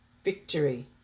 victory